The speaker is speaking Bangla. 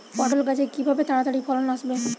পটল গাছে কিভাবে তাড়াতাড়ি ফলন আসবে?